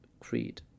creed